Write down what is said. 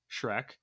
Shrek